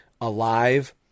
Alive